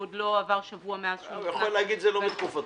עוד לא עבר שבוע מאז שהוא --- הוא יכול להגיד שזה לא בתקופתו.